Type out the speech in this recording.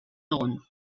dugun